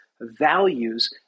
values